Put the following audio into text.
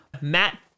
Matt